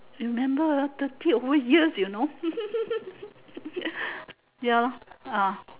remember ah thirty over years you know ya ah